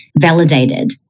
validated